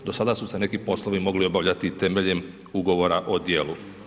Do sada su se neki poslovi mogli obavljati i temeljem ugovora o djelu.